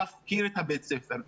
משרד החינוך מפקיר את בית הספר,